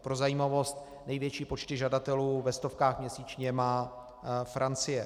Pro zajímavost, největší počty žadatelů ve stovkách měsíčně má Francie.